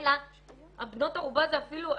הבנות ערובה זה אפילו,